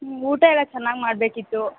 ಹ್ಞೂ ಊಟ ಎಲ್ಲ ಚೆನ್ನಾಗಿ ಮಾಡಬೇಕಿತ್ತು